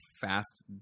fast